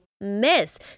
miss